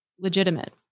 Legitimate